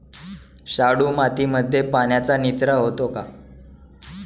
शाडू मातीमध्ये पाण्याचा निचरा होतो का?